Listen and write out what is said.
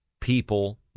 people